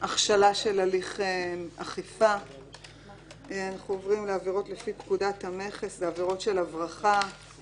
דוחים את עמדתנו, אנו סבורים שצריכה להיות היום